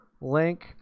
link